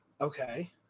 Okay